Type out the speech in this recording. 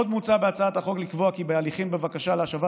עוד מוצע בהצעת החוק לקבוע כי בהליכים בבקשה להשבת